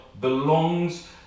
belongs